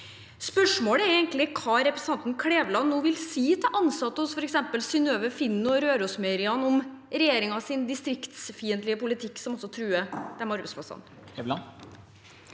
Spørsmålet er egentlig hva representanten Kleveland nå vil si til ansatte hos f.eks. Synnøve Finden og Rørosmeieriet om regjeringens distriktsfiendtlige politikk, som også truer disse arbeidsplassene.